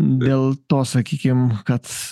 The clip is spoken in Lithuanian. dėl to sakykim kad